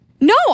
No